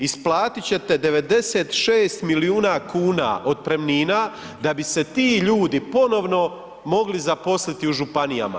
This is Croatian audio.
Isplatiti ćete 96 milijuna kuna otpremnina da bi se ti ljudi ponovno mogli zaposliti u županijama.